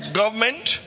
government